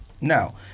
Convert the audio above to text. Now